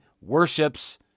worships